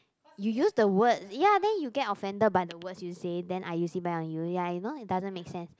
you use the words then you get offended by the words you say then I use it back on you ya you know it doesn't make sense